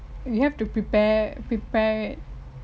you have to prepare prepare